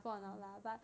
mmhmm